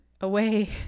away